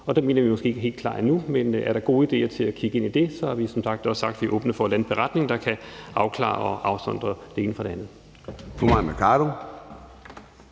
mener vi, at vi måske ikke er helt klar endnu. Men er der gode idéer til at kigge ind i det, har vi som sagt også sagt, at vi er åbne for at lande en beretning, der kan afklare og sondre det ene fra det andet.